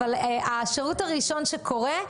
אבל השירות הראשון שקורה,